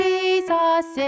Jesus